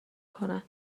کنن